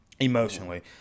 Emotionally